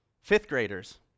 fifth-graders